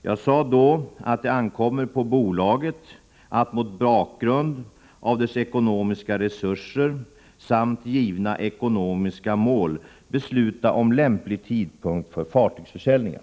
Jag sade då att det ankommer på bolaget att mot bakgrund av dess ekonomiska resurser samt givna ekonomiska mål besluta om lämplig tidpunkt för fartygsförsäljningar.